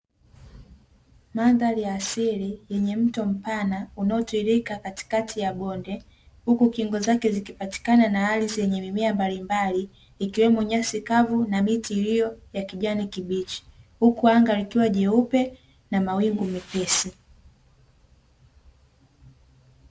Mandhari ya asili yenye mto mpana unaotiririka katikati ya bonde, huku kingo zake zikipatikana na ardhi yenye mimea mbalimbali ikiwemo nyasi kavu na miti iliyo ya kijani kibichi. Huku anga likiwa jeupe na mawingu mepesi.